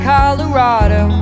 Colorado